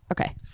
Okay